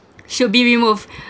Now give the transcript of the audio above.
should be removed